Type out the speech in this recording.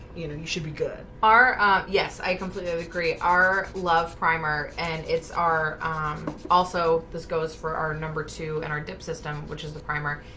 you know you should be good are yes, i completely agree our love primer and its are also this goes for our number two and our dip system, which is the primer.